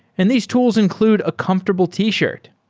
and these tools include a comfortable t-shirt.